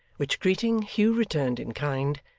which greeting hugh returned in kind,